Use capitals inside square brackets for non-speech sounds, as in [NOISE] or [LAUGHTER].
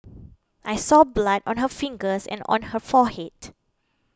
[NOISE] I saw blood on her fingers and on her forehead